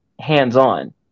hands-on